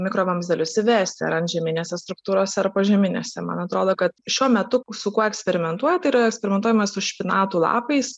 mikrovamzdelius įvesti ar antžeminėse struktūrose ar požeminėse man atrodo kad šiuo metu su kuo eksperimentuoja tai yra eksperimentuojama su špinatų lapais